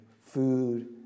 food